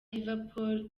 liverpool